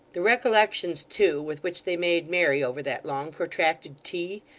the recollections, too, with which they made merry over that long protracted tea!